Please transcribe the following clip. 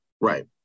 right